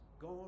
God